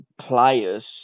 players